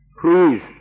Please